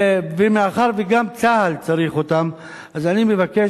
ומאחר שגם צה"ל צריך אותם, אז אני מבקש,